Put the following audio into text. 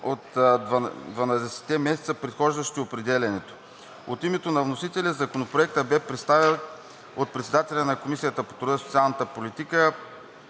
месеца, предхождащи определянето. От името на вносителите Законопроектът бе представен от председателя на Комисията по труда, социалната и